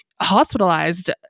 hospitalized